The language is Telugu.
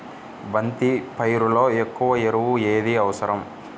బంతి పైరులో ఎక్కువ ఎరువు ఏది అవసరం?